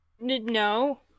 No